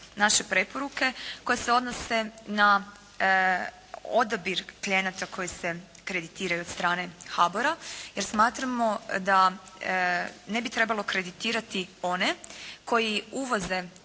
naše preporuke koje se odnose na odabir klijenata koji se kreditiraju od strane HABOR-a jer smatramo da ne bi trebalo kreditirati one koji uvoze